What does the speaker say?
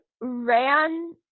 ran